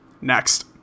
Next